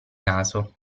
naso